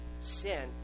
sin